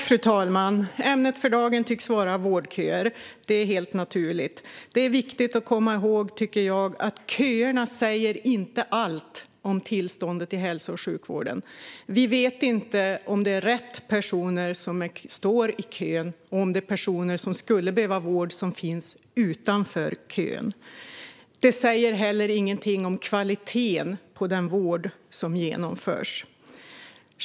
Fru talman! Ämnet för dagen tycks vara vårdköer. Det är helt naturligt. Det är viktigt att komma ihåg, tycker jag, att köerna inte säger allt om tillståndet i hälso och sjukvården. Vi vet inte om det är rätt personer som står i kö eller om det finns personer som skulle behöva vård som står utanför kön. Det säger inte heller någonting om kvaliteten på den vård som ges.